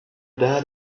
that